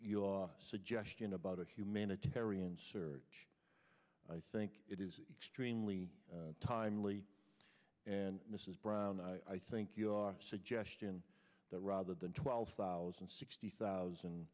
your suggestion about a humanitarian surge i think it is extremely timely and mrs brown i think your suggestion that rather than twelve thousand sixty thousand